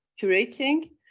curating